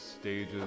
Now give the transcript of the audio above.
stages